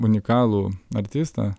unikalų artistą